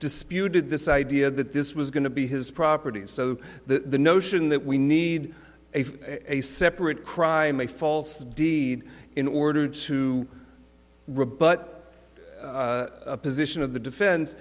disputed this idea that this was going to be his property so the notion that we need a separate crime a false deed in order to rebut a position of the defense